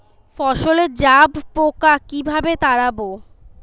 ফসলে জাবপোকা কিভাবে তাড়াব?